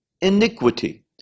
iniquity